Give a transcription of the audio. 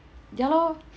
ya lor